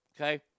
Okay